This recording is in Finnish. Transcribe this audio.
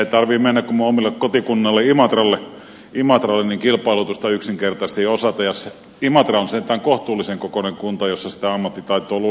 ei tarvitse mennä kuin minun omalle kotikunnalleni imatralle niin kilpailutusta yksinkertaisesti ei osata ja imatra on sentään kohtuullisen kokoinen kunta jossa sitä ammattitaitoa luulisi olevan